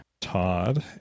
Todd